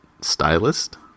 stylist